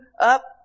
up